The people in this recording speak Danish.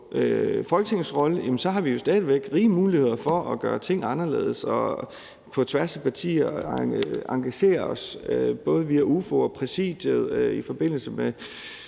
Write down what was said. Folketingets rolle, har vi jo stadig væk rige muligheder for at gøre ting anderledes og på tværs af partier både via Udvalget for Forretningsordenen og Præsidiet i forbindelse med